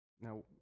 Now